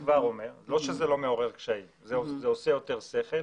לא שזה לא מעורר קשיים אבל זה נשמע טוב יותר.